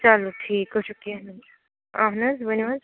چلو ٹھیٖک حظ چھُ کیٚنٛہہ نہ اہن حظ ؤنِو حظ